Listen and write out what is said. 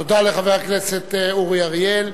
תודה לחבר הכנסת אורי אריאל.